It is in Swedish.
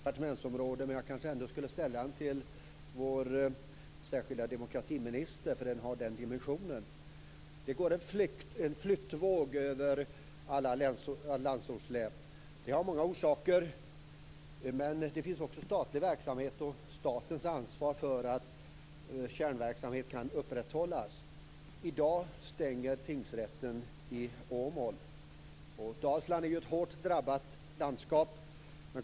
Fru talman! Min fråga sträcker sig över många departementsområden, men jag kanske ändå skall ställa den till vår särskilda demokratiminister för den har den dimensionen. Det går en flyttvåg över alla landsortslän. Det har många orsaker. Men det finns också statlig verksamhet, och staten har ett ansvar för att kärnverksamheter kan upprätthållas. I dag stängs tingsrätten i Åmål. Dalsland är ju ett hårt drabbat landskap.